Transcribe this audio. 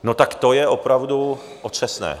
No tak to je opravdu otřesné.